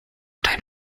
deinen